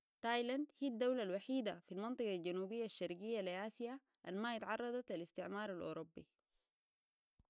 تايلاند هي الدولة الوحيدة في المنطقة الجنوبية الشرقية لآسيا الما يتعرضت للاستعمار الأوروبي